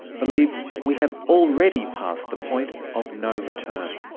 believes we have already passed the point of no return.